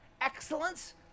excellence